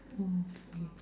oh okay